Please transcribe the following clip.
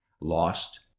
lost